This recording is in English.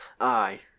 Aye